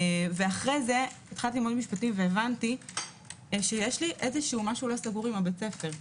אחרי זה התחלתי ללמוד משפטים הבנתי שיש לי משהו לא סגור עם בית הספר.